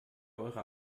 eure